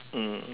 mm